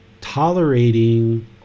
tolerating